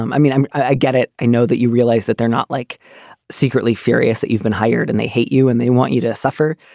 um i mean, i get it. i know that you realize that they're not like secretly furious that you've been hired and they hate you and they want you to suffer.